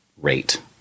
rate